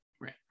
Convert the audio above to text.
Right